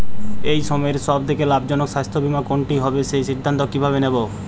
এই সময়ের সব থেকে লাভজনক স্বাস্থ্য বীমা কোনটি হবে সেই সিদ্ধান্ত কীভাবে নেব?